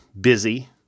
busy